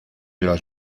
los